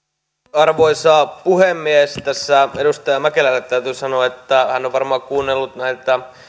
arvoisa puhemies tässä edustaja mäkelälle täytyy sanoa että hän on varmaan kuunnellut näitä